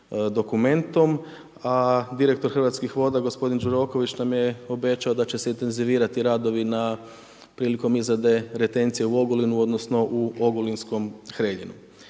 dokumentom, a direktor Hrvatskih voda gospodin Đuroković nam je obećao da će se intenzivirati radovi na prilikom izrade retencija u Ogulinu odnosno u Ogulinskom Hreljinu